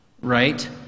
right